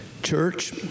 church